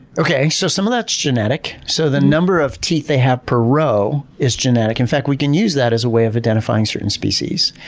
so some of that's genetic. so the number of teeth they have per row is genetic. in fact, we can use that as a way of identifying certain species.